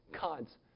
God's